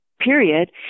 period